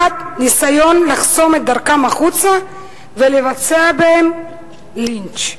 ניסיון לחסום את דרכם החוצה ולבצע בהם לינץ'.